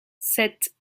sept